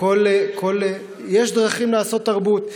יש דרכים לעשות תרבות.